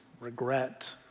regret